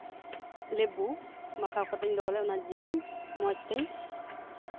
ᱞᱮᱵᱩ ᱢᱟᱠᱷᱟᱣ ᱠᱟᱛᱮᱜ ᱤᱧ ᱫᱚᱦᱚ ᱞᱮᱫ ᱚᱱᱟ ᱡᱤᱞ ᱢᱚᱸᱡᱽ ᱛᱮᱧ